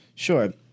Sure